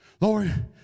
Lord